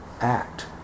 act